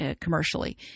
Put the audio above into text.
commercially